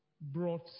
brought